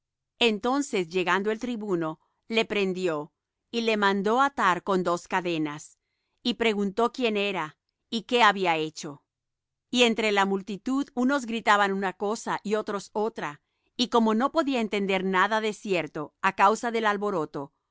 entonces llegando el tribuno le prendió y le mandó atar con dos cadenas y preguntó quién era y qué había hecho y entre la multitud unos gritaban una cosa y otros otra y como no podía entender nada de cierto á causa del alboroto